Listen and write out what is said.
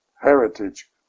heritage